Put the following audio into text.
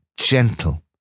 Gentle